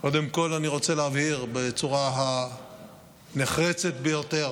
קודם כול, אני רוצה להבהיר בצורה הנחרצת ביותר